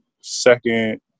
Second